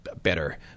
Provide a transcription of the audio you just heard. better